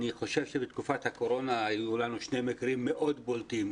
אני חושב שבתקופת הקורונה היו לנו שני מקרים מאוד בולטים,